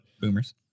Boomers